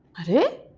oh hey!